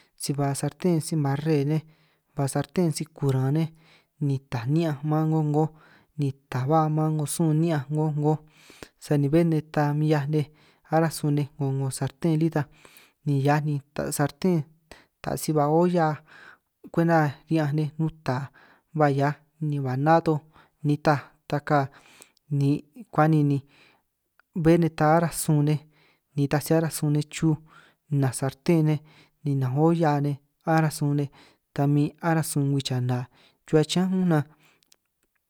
Si ba sarten si-mare, nej ba sarten si-kuran nej, ni taj ni'ñanj maan 'ngoj 'ngoj ni ta ba man 'ngo sun ni'ñanj 'ngoj 'ngoj, sani be nej ta min 'hiaj nej aráj sun nej 'ngo 'ngo sarten lí ta, ni hiaj ni ta sarten ta si ba olla kwenta ri'ñanj nej nuta, ba hiaj ni ba ná toj nitaj ta ka ni kuan'ni, ni bé ta nej ta aráj sun nej ni taj si aráj sun nej chuj, ninanj sarten nej, ninanj olla nej, aráj sun nej ta min aráj sun ngwii chana chruhua chiñán únj nan.